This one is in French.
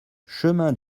chemin